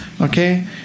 okay